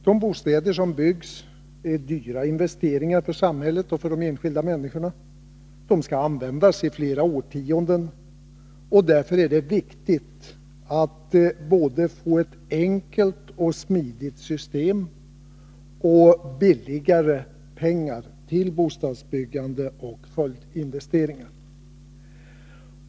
De bostäder som byggs innebär dyra investeringar för samhället och för de enskilda människorna. De skall användas i flera årtionden. Därför är det viktigt att få både ett enkelt och smidigt system och ”billigare” pengar till bostadsbyggande och följdinvesteringar.